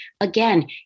again